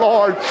Lord